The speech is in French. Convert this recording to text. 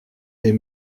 des